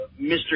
Mr